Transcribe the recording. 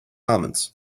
comments